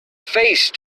face